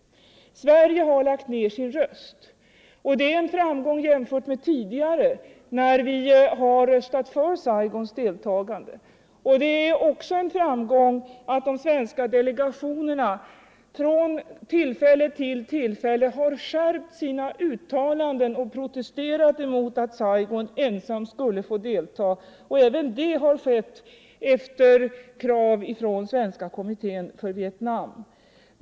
Sverige har lagt ned sin röst; och det är en framgång jämfört med tidigare, när vi har röstat för Saigons deltagande. Det är också en framgång att de svenska delegationerna från tillfälle till tillfälle har skärpt sina uttalanden och protesterat mot att Saigon ensamt skulle få delta. Även det har skett efter krav från Svenska kommittén för Vietnam.